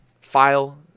file